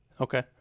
okay